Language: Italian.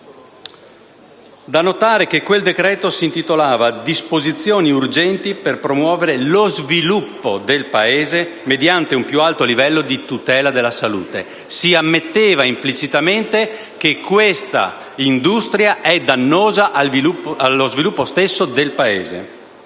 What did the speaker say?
Da notare che quel decreto si intitolava «Disposizioni urgenti per promuovere lo sviluppo del Paese mediante un più alto livello di tutela della salute». Si ammetteva implicitamente che questa industria è dannosa allo sviluppo del Paese.